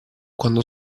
quando